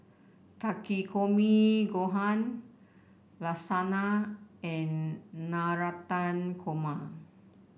Takikomi Gohan Lasagna and Navratan Korma